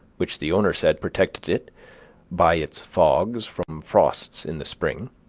which the owner said protected it by its fogs from frosts in the spring,